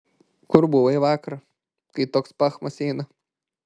kur buvai vakar kai toks pachas eina